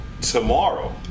tomorrow